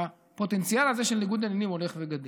הפוטנציאל של ניגוד עניינים הולך וגדל.